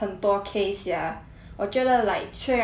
我觉得 like 虽然 korea 会很好玩 lah